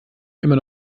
immer